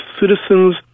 citizens